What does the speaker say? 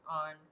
on